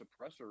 suppressor